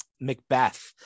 Macbeth